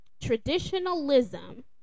Traditionalism